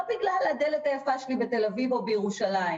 לא בגלל הדלת היפה שלי בתל אביב או בירושלים,